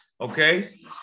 okay